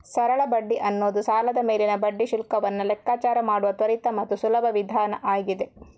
ಸರಳ ಬಡ್ಡಿ ಅನ್ನುದು ಸಾಲದ ಮೇಲಿನ ಬಡ್ಡಿ ಶುಲ್ಕವನ್ನ ಲೆಕ್ಕಾಚಾರ ಮಾಡುವ ತ್ವರಿತ ಮತ್ತು ಸುಲಭ ವಿಧಾನ ಆಗಿದೆ